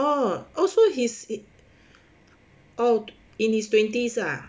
uh all say his oh in his twenties ah